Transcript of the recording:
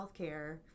Healthcare